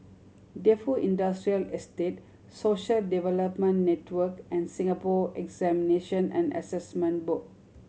Defu Industrial Estate Social Development Network and Singapore Examinations and Assessment Board